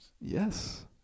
Yes